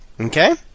Okay